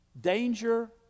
danger